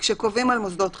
כשקובעים על מוסדות חינוך,